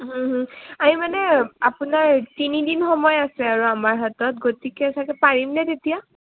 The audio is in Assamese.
আমি মানে আপোনাৰ তিনিদিন সময় আছে আৰু আমাৰ হাতত গতিকে চাগে পাৰিমনে তেতিয়া